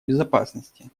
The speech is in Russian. безопасности